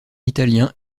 italien